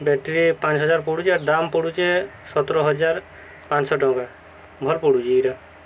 battery ପାଞ୍ଚ ହଜାର ପଡ଼ୁଛି ଆର୍ ଦାମ୍ ପଡ଼ୁଛେ ସତର ହଜାର ପାଞ୍ଚ ଟଙ୍କା ଭଲ ପଡ଼ୁଛି ଏଇଟା